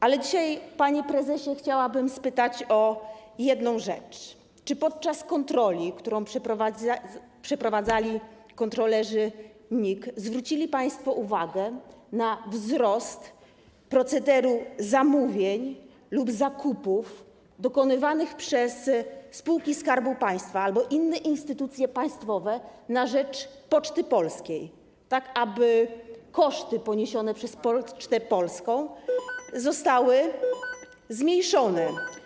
Ale dzisiaj, panie prezesie, chciałabym spytać o jedną rzecz: Czy podczas kontroli, którą przeprowadzali kontrolerzy NIK, zwrócili państwo uwagę na wzrost procederu zamówień lub zakupów dokonywanych przez spółki Skarbu Państwa albo inne instytucje państwowe na rzecz Poczty Polskiej, tak aby koszty poniesione przez Pocztę Polską zostały zmniejszone?